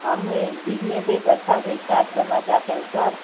हम यह बिजनेस एक अच्छा सा इस्टार्ट करना चाहते हैं सर